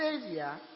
savior